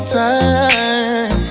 time